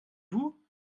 vous